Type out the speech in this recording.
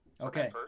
Okay